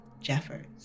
Jeffers